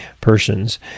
persons